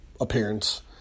appearance